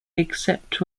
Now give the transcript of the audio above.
except